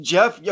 Jeff